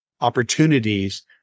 opportunities